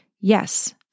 Yes